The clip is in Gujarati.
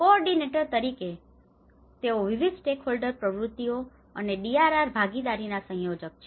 કોઓર્ડિનેટર તરીકે તેથી તેઓ વિવિધ સ્ટેકહોલ્ડર પ્રવૃત્તિઓ અને DRR ભાગીદારીના સંયોજક છે